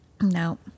No